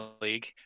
league